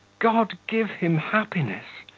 god give him happiness!